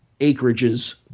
acreages